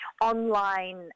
online